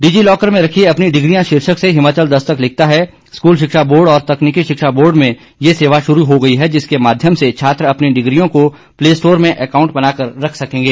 DigiLocker में रखिए अपनी डिग्रियां शीर्षक से हिमाचल दस्तक लिखता है स्कूल शिक्षा बोर्ड और तकनीकी शिक्षा बोर्ड में ये सेवा शुरू हो गई है जिसके माध्यम से छात्र अपनी डिग्रियों को प्ले स्टोर में एकाउंट बनाकर रख सकेंगे